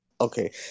Okay